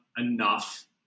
enough